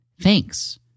Thanks